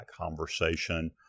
conversation